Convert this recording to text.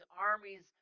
armies